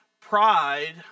Pride